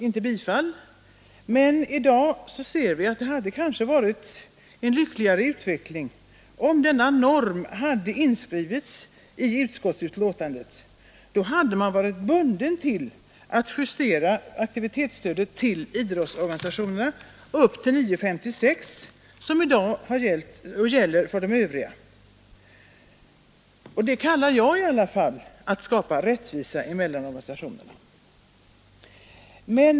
I dag ser vi att det hade varit en lyckligare utveckling om denna norm hade inskrivits i utskottsbetänkandet. Då hade man varit bunden vid att justera aktivitetsstödet till idrottsorganisationerna upp till 9:56 kronor per sammankomst, vilket i dag gäller för övriga organisationer. Det kallar i varje fall jag att skapa rättvisa mellan organisationerna.